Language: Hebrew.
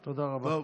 תודה רבה.